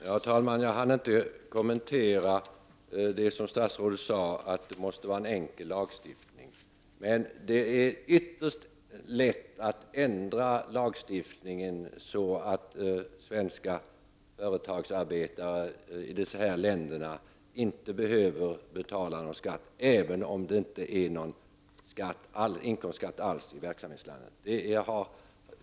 Herr talman! Jag hann inte kommentera det statsrådet sade om att lagstiftningen måste vara enkel. Det är ytterst lätt att ändra lagstiftningen, så att svenska företags arbetare i dessa länder inte behöver betala någon skatt i Sverige, även om det inte finns någon inkomstskatt alls i verksamhetslandet.